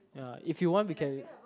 ya if you want we can